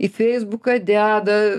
į feisbuką deda